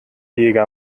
jäger